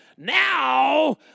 Now